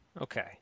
Okay